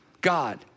God